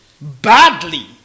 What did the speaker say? badly